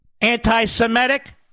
anti-Semitic